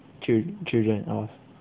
chil~children oh